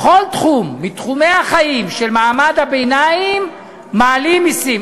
בכל תחום מתחומי החיים של מעמד הביניים מעלים מסים.